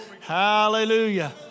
Hallelujah